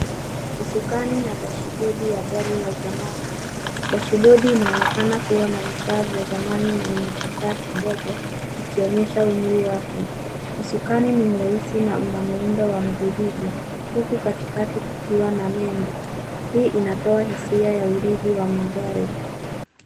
Usukani na dashbodi ya gari la zamani. Dashbodi inaonekana kuwa na vifaa vya zamani na imechakaa kidogo ikionyesha umri wake. Usukani ni mweusi na una muundo wa mvirigo. Huku katikati kukiwa na nembo. hii inatoa hisia ya uridhi wa magari.